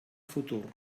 futur